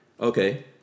Okay